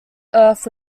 earth